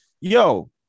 Yo